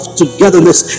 togetherness